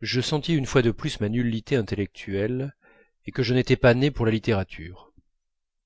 je sentis une fois de plus ma nullité intellectuelle et que je n'étais pas né pour la littérature